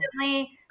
constantly